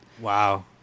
Wow